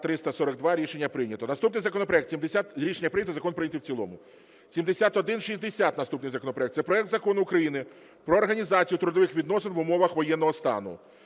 Наступний законопроект… Рішення прийнято. Закон прийнятий в цілому. 7160 наступний законопроект. Це проект Закону України про організацію трудових відносин в умовах воєнного стану.